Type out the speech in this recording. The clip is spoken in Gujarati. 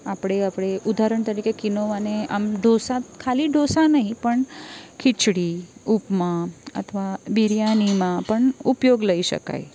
આપણે આપણી ઉદાહરણ તરીકે કિનોવાને આમ ઢોંસા ખાલી ઢોંસા નઈ પણ ખિચડી ઉપમા અથવા બિરયાનીમાં પણ ઉપયોગ લઇ શકાય